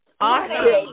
Awesome